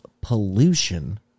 pollution